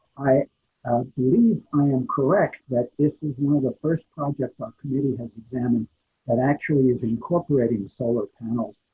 i um believe i am correct that this is one of the first projects on community has examine that actually is incorporating solar panels.